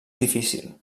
difícil